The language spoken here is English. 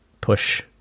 push